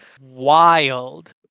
wild